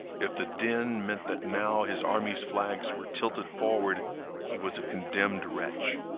if the din meant that now his army's flags were tilted forward he was a condemned wretch.